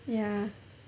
ya